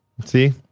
See